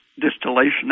distillation